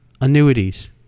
annuities